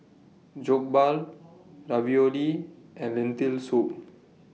Jokbal Ravioli and Lentil Soup